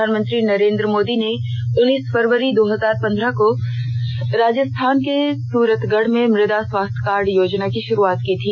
प्रधानमंत्री नरेंद्र मोदी ने उन्नीस फरवरी दो हजार पंद्रह को राजस्थान के सूरतगढ़ में मुदा स्वास्थ्य कार्ड योजना की शुरूआत की थी